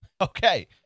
Okay